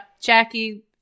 jackie